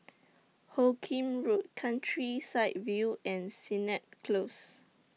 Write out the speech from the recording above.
Hoot Kiam Road Countryside View and Sennett Close